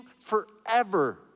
forever